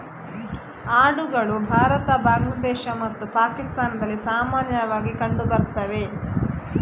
ಆಡುಗಳು ಭಾರತ, ಬಾಂಗ್ಲಾದೇಶ ಮತ್ತು ಪಾಕಿಸ್ತಾನದಲ್ಲಿ ಸಾಮಾನ್ಯವಾಗಿ ಕಂಡು ಬರ್ತವೆ